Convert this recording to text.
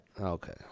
Okay